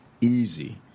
easy